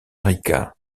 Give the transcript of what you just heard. rica